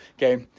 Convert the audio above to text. okay,